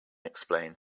explained